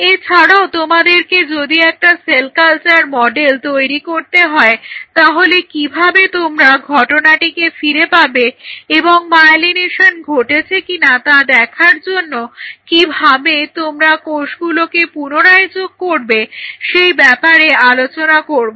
এছাড়াও তোমাদেরকে যদি একটা সেল কালচার মডেল তৈরি করতে হয় তাহলে কিভাবে তোমরা এই ঘটনাটিকে ফিরে পাবে এবং মায়োলিনেশন ঘটেছে কি না তা দেখার জন্য কিভাবে তোমরা কোষগুলোকে পুনরায় যোগ করবে সেই ব্যাপারে আলোচনা করব